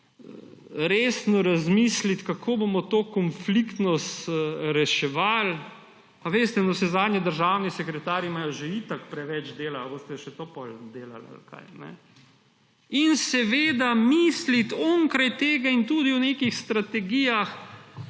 Resno razmisliti, kako bomo to konfliktnost reševali. Veste, navsezadnje imajo državni sekretarji že itak preveč dela. Ali boste še to potem delali ali kaj? In seveda, misliti onkraj tega in tudi o nekih strategijah